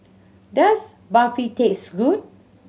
does Barfi taste good